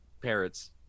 parrots